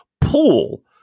pool